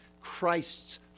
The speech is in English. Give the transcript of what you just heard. Christ's